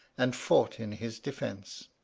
and fought in his defence.